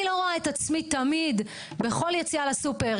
אני לא רואה את עצמי תמיד בכל יציאה לסופר,